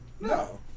No